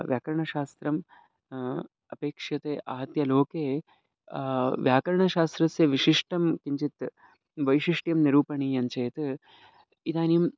व्याकरणशास्त्रम् अपेक्षते आहत्य लोके व्याकरणशास्त्रस्य विशिष्टं किञ्चित् वैशिष्ट्यं निरूपणीयञ्चेत् इदानीम्